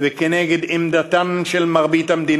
"מתחייבת אני", או "מתחייב אני".